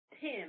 ten